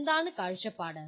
എന്താണ് കാഴ്ചപ്പാട്